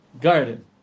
garden